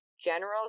generals